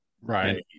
right